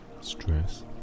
Stress